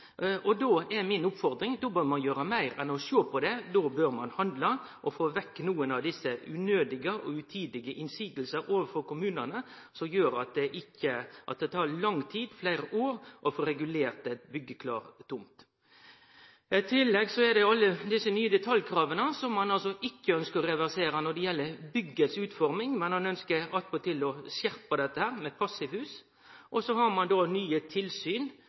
det. Då er mi oppfordring at ein bør gjere meir enn å sjå på det, ein bør handle og få vekk nokre av desse unødige og utidige motsegnene overfor kommunane, som gjer at det tar lang tid, ja fleire år, å få regulert ei byggeklar tomt. I tillegg er det alle desse nye detaljkrava når det gjeld utforminga av bygget, som ein ikkje ønsker å reversere. Ein ønsker attpåtil å skjerpe dette, med passivhus. Så har ein då nye tilsyn